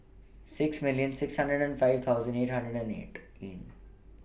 six million six hundred and five thousand eight hundred and eight A